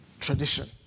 tradition